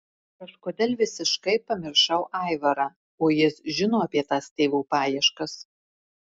kažkodėl visiškai pamiršau aivarą o jis žino apie tas tėvo paieškas